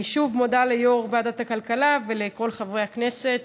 אני שוב מודה ליושב-ראש ועדת הכלכלה ולכל חברי הכנסת.